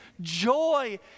joy